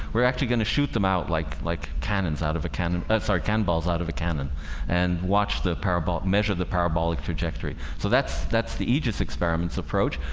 we're actually gonna shoot them out like like cannons out of a cannon that's our ken balls out of a cannon and watch the para ball measure the parabolic trajectory so that's that's the aegis experiments approach.